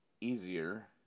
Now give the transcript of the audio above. easier